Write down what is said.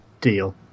deal